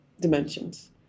dimensions